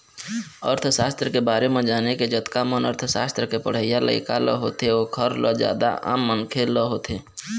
अर्थसास्त्र के बारे म जाने के जतका मन अर्थशास्त्र के पढ़इया लइका ल होथे ओखर ल जादा आम मनखे ल होथे